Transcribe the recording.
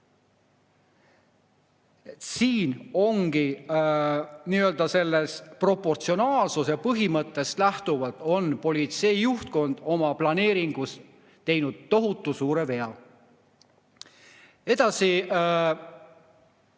Siin ongi sellest nii‑öelda proportsionaalsuse põhimõttest lähtuvalt politsei juhtkond oma planeeringus teinud tohutu suure vea. Edasi,